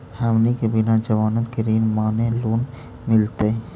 हमनी के बिना जमानत के ऋण माने लोन मिलतई?